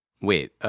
Wait